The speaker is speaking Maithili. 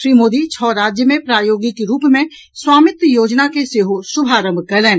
श्री मोदी छओ राज्य मे प्रायोगिक रूप मे स्वामित्व योजना के सेहो शुभारंभ कएलनि